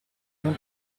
non